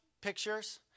pictures